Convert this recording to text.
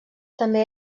també